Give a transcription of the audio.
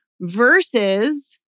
Versus